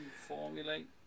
formulate